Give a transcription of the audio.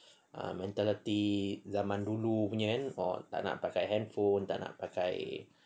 ah mentality zaman dulu punya kan tak nak handphone tak nak pakai